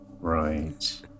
Right